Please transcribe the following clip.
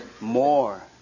more